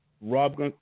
Rob